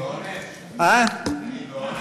אני בעונש?